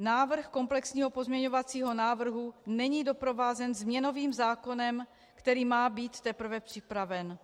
Návrh komplexního pozměňovacího návrhu není doprovázen změnovým zákonem, který má být teprve připraven.